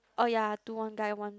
oh ya two one guy one